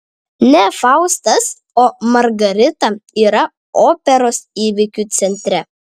ne faustas o margarita yra operos įvykių centre